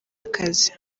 akazi